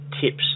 tips